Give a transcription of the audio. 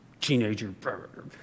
teenager